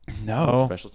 No